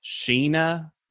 Sheena